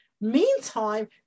Meantime